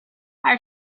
our